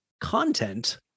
Content